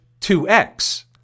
2x